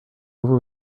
over